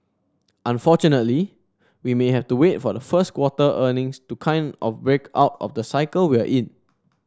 unfortunately we may have to wait for the first quarter earnings to kind of break out of the cycle we're in